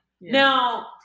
Now